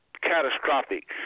catastrophic